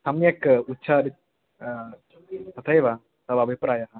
सम्यक् उच्चारितः तथैव तव अभिप्रायः